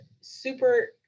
super